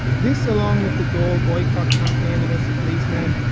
this, along with the dail boycott campaign against the policeman,